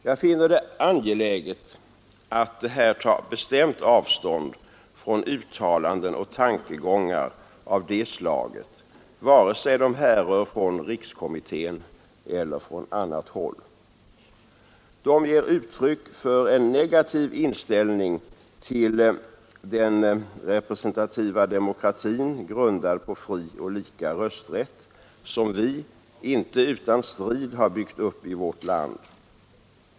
Jag finner det angeläget att här bestämt ta avstånd från uttalanden och tankegångar av det slaget, vare sig de härrör från rikskommittén eller från annat håll. De ger uttryck för en negativ inställning till den representativa demokratin, grundad på fri och lika rösträtt, som vi, inte utan strid, har byggt upp i vårt land.